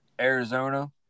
Arizona